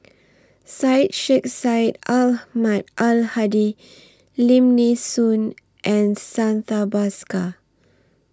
Syed Sheikh Syed Ahmad Al Hadi Lim Nee Soon and Santha Bhaskar